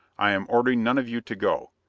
i'm ordering none of you to go.